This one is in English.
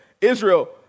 Israel